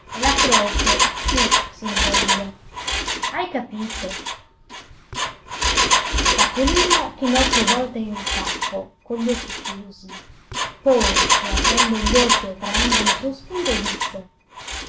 la croce su s'intende hai capito spatolino chinò più volte il capo con gli occhi chiusi poi riaprendo gli occhi e traendo un sospiro disse